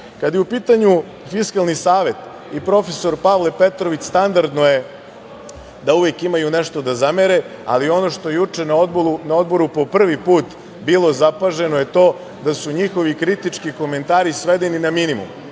je u pitanju Fiskalni savet i profesor Pavle Petrović, standardno je da uvek imaju nešto da zamere, ali ono što je juče na Odboru po prvi put zapaženo, je to da su njihovi kritički komentari svedeni na minimum.